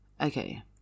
okay